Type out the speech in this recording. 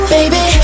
Baby